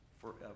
forever